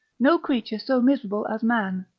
no creature so miserable as man,